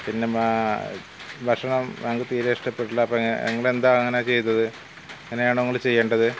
പിന്നെ ഭക്ഷണം ഞങ്ങൾക്ക് തീരെ ഇഷ്ടപ്പെട്ടില്ല അപ്പോൾ നിങ്ങളെന്താണ് അങ്ങനെ ചെയ്തത് ഇങ്ങനെയാണോ നിങ്ങൾ ചെയ്യേണ്ടത്